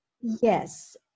yes